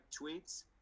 tweets